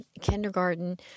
kindergarten